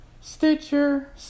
Stitcher